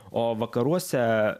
o vakaruose